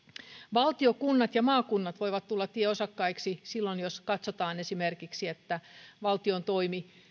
valtio kunnat ja maakunnat voivat tulla tieosakkaiksi silloin jos katsotaan esimerkiksi että valtion toimi